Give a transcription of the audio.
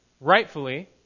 rightfully